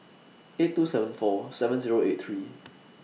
eight two seven four seven Zero eight three